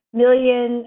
million